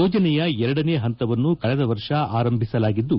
ಯೋಜನೆಯ ಎರಡನೇ ಹಂತವನ್ನು ಕಳೆದ ವರ್ಷ ಆರಂಭಿಸಲಾಗಿದ್ದು